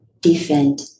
defend